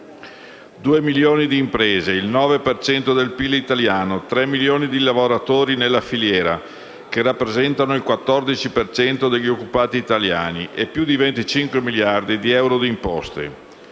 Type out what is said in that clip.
milioni di imprese, il 9 per cento del PIL italiano, tre milioni di lavoratori nella filiera, che rappresentano il 14 per cento degli occupati italiani, e più di 25 miliardi di euro di imposte.